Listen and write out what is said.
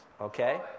okay